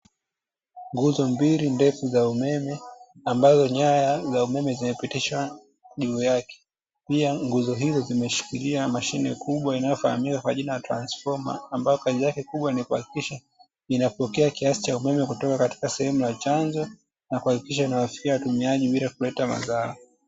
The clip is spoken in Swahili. Nguzo mbili ndefu za umeme ambazo nyaya za umeme zimepitishwa juu yake. Pia nguzo hizo zimeshikilia mashine kubwainayofahamika kwa jina la transfoma ambayo kazi yake kubwa ni kuhakikisha inapokea kiasi cha umeme kutoka katika sehemu ya chanzo na kuhakikisha inawafikishia watumiaji bila kuleta madhara.